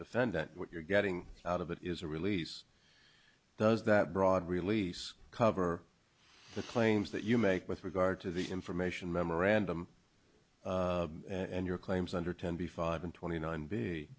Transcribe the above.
defendant what you're getting out of it is a release does that broad release cover the claims that you make with regard to the information memorandum and your claims under ten b five and twenty nine b